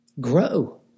grow